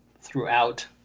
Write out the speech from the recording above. throughout